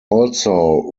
also